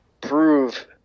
prove